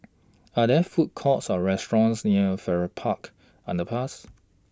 Are There Food Courts Or restaurants near Farrer Park Underpass